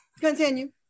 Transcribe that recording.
Continue